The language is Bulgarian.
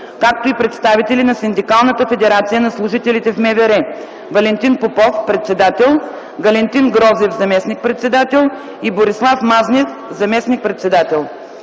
както и представителите на Синдикалната федерация на служителите в МВР – Валентин Попов – председател; Валентин Грозев – заместник-председател; и Борислав Мазнев – заместник-председател.